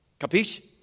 Capisce